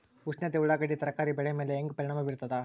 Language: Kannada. ಉಷ್ಣತೆ ಉಳ್ಳಾಗಡ್ಡಿ ತರಕಾರಿ ಬೆಳೆ ಮೇಲೆ ಹೇಂಗ ಪರಿಣಾಮ ಬೀರತದ?